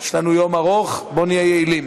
יש לנו יום ארוך, בואו נהיה יעילים.